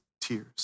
tears